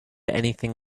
anything